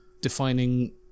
defining